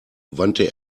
wandte